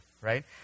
Right